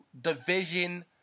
division